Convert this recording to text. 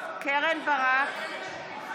בנט, תתבייש.